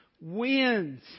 wins